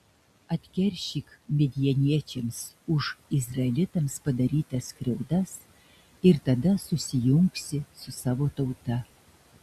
atkeršyk midjaniečiams už izraelitams padarytas skriaudas ir tada susijungsi su savo tauta